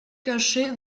cacher